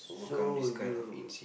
so you